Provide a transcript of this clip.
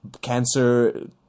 cancer